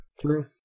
True